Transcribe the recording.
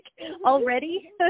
already